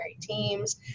teams